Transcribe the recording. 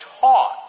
taught